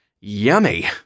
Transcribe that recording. Yummy